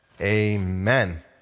amen